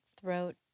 throat